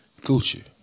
Gucci